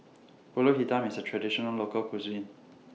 Pulut Hitam IS A Traditional Local Cuisine